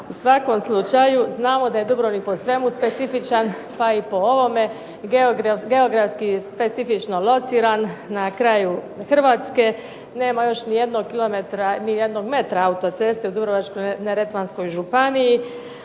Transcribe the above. U svakom slučaju znamo da je Dubrovnik po svemu specifičan, pa i po ovome geografski specifično lociran, na kraju Hrvatske. Nema još ni jednog kilometra, ni jednog metra autoceste u Dubrovačko-neretvanskoj županiji,